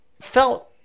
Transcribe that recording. felt